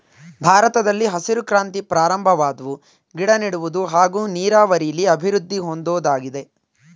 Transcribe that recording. ಭಾರತದಲ್ಲಿ ಹಸಿರು ಕ್ರಾಂತಿ ಪ್ರಾರಂಭವಾದ್ವು ಗಿಡನೆಡುವುದು ಹಾಗೂ ನೀರಾವರಿಲಿ ಅಭಿವೃದ್ದಿ ಹೊಂದೋದಾಗಿದೆ